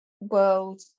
world